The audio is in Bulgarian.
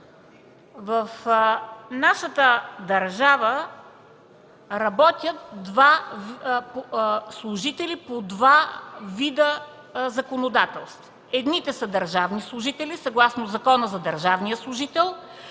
В нашата държава работят служители по два вида законодателство – едните са държавни служители, съгласно Закона за държавния служител,